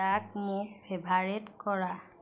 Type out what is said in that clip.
ইয়াক মোৰ ফেভাৰিট কৰা